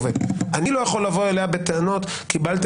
אני לא יכול לבוא אליה בטענות שקיבלתם